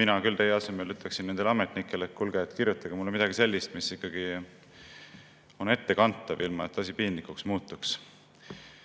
mina küll teie asemel ütleksin nendele ametnikele, et kuulge, kirjutage mulle midagi sellist, mis ikkagi on ettekantav, ilma et asi piinlikuks muutuks. Aga